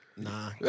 Nah